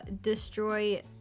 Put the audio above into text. destroy